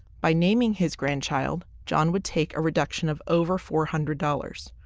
by naming his grandchild, john would take a reduction of over four hundred dollars,